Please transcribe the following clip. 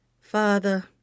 Father